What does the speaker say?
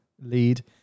lead